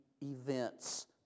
events